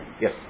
yes